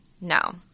no